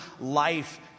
life